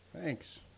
Thanks